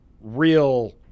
real